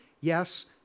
yes